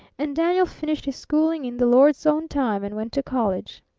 and daniel finished his schooling in the lord's own time and went to college.